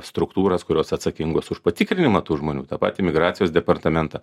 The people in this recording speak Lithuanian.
struktūras kurios atsakingos už patikrinimą tų žmonių tą patį migracijos departamentą